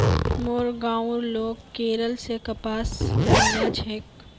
मोर गांउर लोग केरल स कपास मंगा छेक